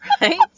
right